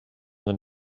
than